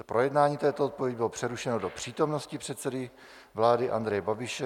Projednání této odpovědi bylo přerušeno do přítomnosti předsedy vlády Andreje Babiše.